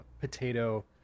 potato